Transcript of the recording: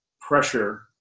pressure